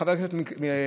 חבר הכנסת מלכיאלי,